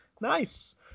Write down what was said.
nice